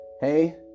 hey